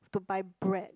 to buy bread